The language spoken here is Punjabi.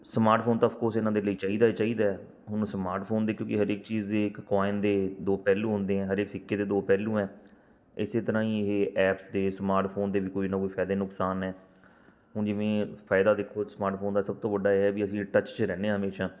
ਸਮਾਰਟਫ਼ੋਨ ਤਾਂ ਆੱਫਕੋਰਸ ਇਹਨਾਂ ਦੇ ਲਈ ਚਾਹੀਦਾ ਹੀ ਚਾਹੀਦਾ ਹੁਣ ਸਮਾਰਟਫ਼ੋਨ ਦੀ ਕਿਉਂਕਿ ਹਰੇਕ ਚੀਜ਼ ਦੇ ਇੱਕ ਕੋਇਨ ਦੇ ਦੋ ਪਹਿਲੂ ਹੁੰਦੇ ਆ ਹਰੇਕ ਸਿੱਕੇ ਦੇ ਦੋ ਪਹਿਲੂ ਹੈ ਇਸ ਤਰ੍ਹਾਂ ਹੀ ਇਹ ਐਪਸ ਦੇ ਸਮਾਰਟਫ਼ੋਨ ਦੇ ਵੀ ਕੋਈ ਨਾ ਕੋਈ ਫ਼ਾਇਦੇ ਨੁਕਸਾਨ ਨੇ ਹੁਣ ਜਿਵੇਂ ਫ਼ਾਇਦਾ ਦੇਖੋ ਸਮਾਰਟਫ਼ੋਨ ਦਾ ਸਭ ਤੋਂ ਵੱਡਾ ਇਹ ਹੈ ਵੀ ਅਸੀਂ ਟੱਚ 'ਚ ਰਹਿੰਦੇ ਹਾਂ ਹਮੇਸ਼ਾ